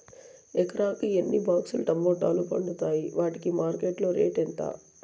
ఎకరాకి ఎన్ని బాక్స్ లు టమోటాలు పండుతాయి వాటికి మార్కెట్లో రేటు ఎంత?